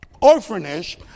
orphanage